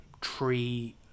tree